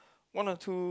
one or two